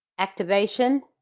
activation,